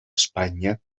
espanya